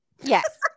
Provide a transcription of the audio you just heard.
Yes